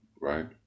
right